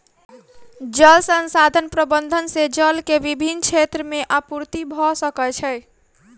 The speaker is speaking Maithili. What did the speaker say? जल संसाधन प्रबंधन से जल के विभिन क्षेत्र में आपूर्ति भअ सकै छै